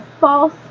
false